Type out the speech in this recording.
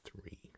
three